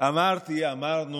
אמרנו